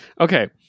Okay